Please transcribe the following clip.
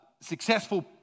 successful